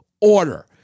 order